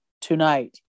tonight